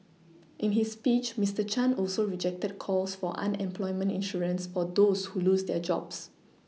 in his speech Mister Chan also rejected calls for unemployment insurance for those who lose their jobs